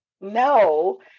no